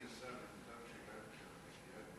אדוני השר, אם מותר שאלה כקריאת ביניים.